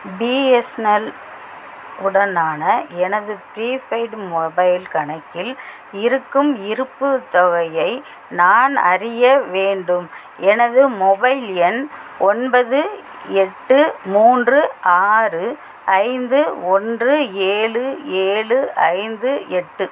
BSNL உடனான எனது prepaid mobile கணக்கில் இருக்கும் இருப்புத் தொகையை நான் அறிய வேண்டும் எனது மொபைல் எண் ஒன்பது எட்டு மூன்று ஆறு ஐந்து ஒன்று ஏழு ஏழு ஐந்து எட்டு